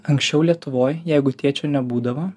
anksčiau lietuvoj jeigu tėčio nebūdavo